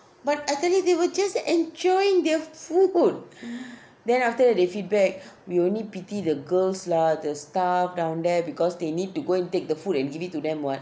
but I tell you they were just enjoying their food then after that they feedback we only pity the girls lah the staff down there because they need to go and take the food and give it to them [what]